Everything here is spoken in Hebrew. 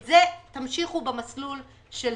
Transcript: את זה תמשיכו במסלול הזה.